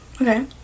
okay